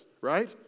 right